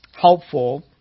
helpful